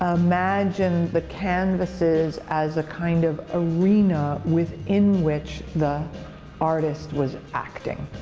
ah imagined the canvases as a kind of arena within which the artist was acting.